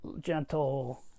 gentle